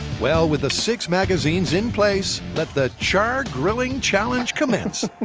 well, with the six magazines in place, let the chargrilling challenge commence.